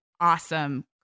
awesome